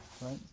right